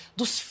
dos